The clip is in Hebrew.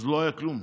אז לא היה כלום,